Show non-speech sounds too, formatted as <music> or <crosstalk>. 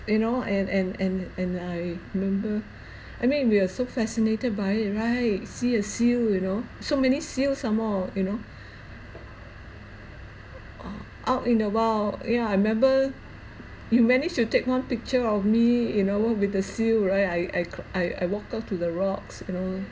you know and and and and I remember <breath> I mean we are so fascinated by it right see a seal you know so many seals some more you know <breath> all out in the wild yeah I remember you managed to take one picture of me you know with the seal right I I c~ I I walk out to the rocks you know